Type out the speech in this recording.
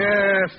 Yes